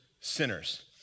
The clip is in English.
sinners